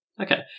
okay